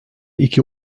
iki